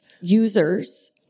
users